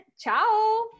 ciao